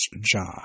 John